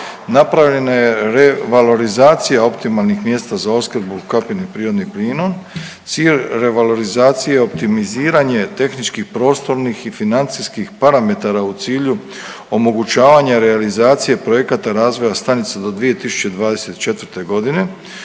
napravljena je revalorizacija optimalnih mjesta za opskrbu ukapljenim prirodnim plinom. Cilj valorizacije je optimiziranje tehničkih, prostornih i financijskih parametara u cilju omogućavanja realizacije projekata razvoja stanica do 2024. godine